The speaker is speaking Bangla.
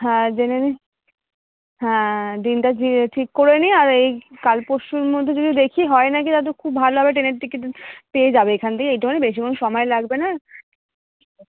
হ্যাঁ জেনে নিই হ্যাঁ দিনটা যেয়ে ঠিক করে নিই আর এই কাল পরশুর মধ্যে যদি দেখি হয় নাকি তা তো খুব ভালো হবে ট্রেনের টিকিট পেয়ে যাবো এখান থেকে এইটুখানি বেশিক্ষণ সময় লাগবে না